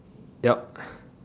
ya